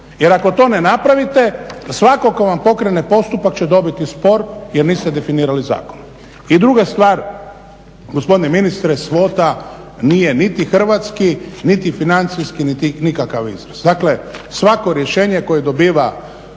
Jer ako to ne napravite svatko tko vam pokrene postupak će dobiti spor jer niste definirali zakon. I druga stvar gospodine ministre, svota nije niti hrvatski niti financijski niti nikakav izraz. Dakle svako rješenje koje je dobio